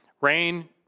Rain